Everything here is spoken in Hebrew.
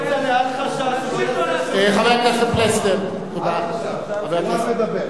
כצל'ה, אל חשש, הוא לא יעשה שום דבר.